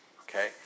Okay